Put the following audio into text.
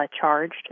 charged